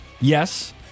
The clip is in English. Yes